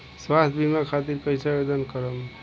स्वास्थ्य बीमा खातिर कईसे आवेदन करम?